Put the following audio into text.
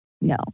No